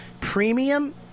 premium